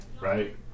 right